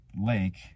lake